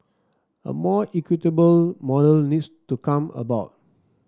a more equitable model needs to come about